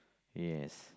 yes